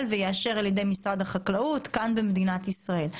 ויאושר על ידי משרד החקלאות כאן במדינת ישראל.